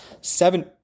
seven